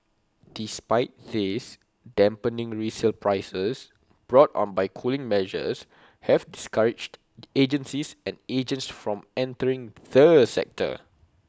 despite this dampening resale prices brought on by cooling measures have discouraged the agencies and agents from entering the sector